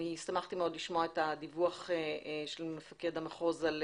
שמחתי מאוד לשמוע את הדיווח של מפקד המחוז על